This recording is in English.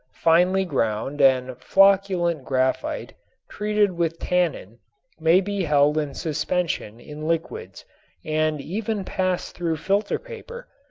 finely ground and flocculent graphite treated with tannin may be held in suspension in liquids and even pass through filter-paper.